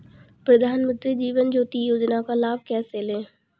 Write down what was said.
प्रधानमंत्री जीवन ज्योति योजना का लाभ कैसे लें?